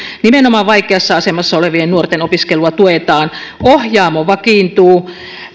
nimenomaan vaikeassa asemassa olevien nuorten opiskelua tuetaan ohjaamo vakiintuu